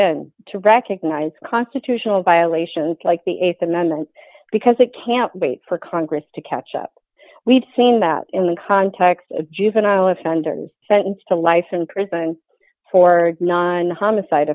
in to recognize constitutional violations like the th amendment because it can't wait for congress to catch up we've seen that in the context of juvenile offenders sentenced to life in prison for non homicide